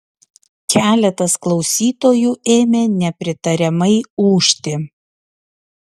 keletas klausytojų ėmė nepritariamai ūžti